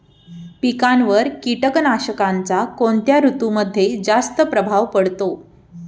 पिकांवर कीटकनाशकांचा कोणत्या ऋतूमध्ये जास्त प्रभाव पडतो?